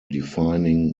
defining